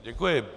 Děkuji.